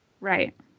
Right